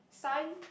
sign